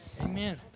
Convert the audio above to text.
Amen